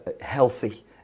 healthy